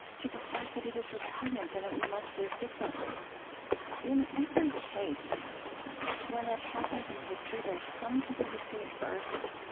to the fact that it is repugnant and that we must live differently in every case when that happens in history, there are some people who see it first,